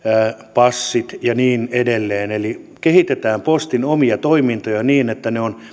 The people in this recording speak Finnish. passit ja niin edelleen eli kehitetään postin omia toimintoja niin että ne ovat